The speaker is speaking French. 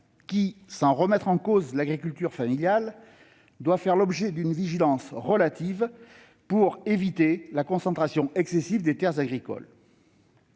qui, sans remettre en cause l'agriculture familiale, doit faire l'objet d'une vigilance relative si l'on veut éviter la concentration excessive des terres agricoles.